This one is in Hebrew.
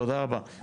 תודה רבה.